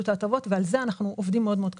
את ההטבות ועל זה אנחנו עובדים מאוד מאוד קשה.